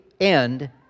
end